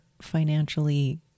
financially